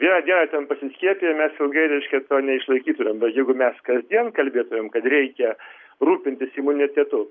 vieną dieną ten pasiskiepiję mes ilgai reiškias to neišlaikytumėm bet jeigu mes kasdien kalbėtumėm kad reikia rūpintis imunitetu